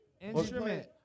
Instrument